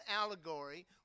allegory